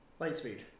Lightspeed